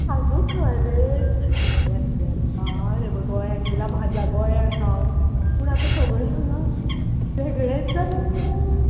आगो खरेंच कितल्या तेंपान हें पळय गोंयान येयलां म्हज्या गोंयान हांव पूण आतां सगळें हांगा वेगळेंच जालां मुगो